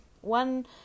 one